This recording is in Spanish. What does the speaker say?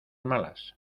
malas